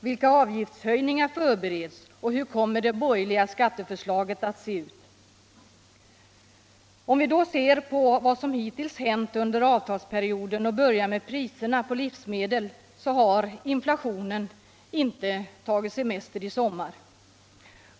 Vilka avgiftshöjningar förbereds, och hur kommer det borgerliga skatteförslaget att se ut? Om vi ser på vad som hittills hänt under avtalsperioden och börjar med priserna på livsmedel, så finner vi att inflationen inte har tagit semester i sommar.